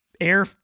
air